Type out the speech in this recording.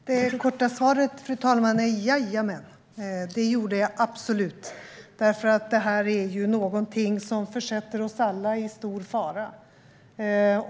Fru talman! Jajamän! Det är det korta svaret. Det gjorde jag absolut. Det här är ju någonting som försätter oss alla i stor fara.